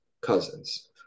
cousins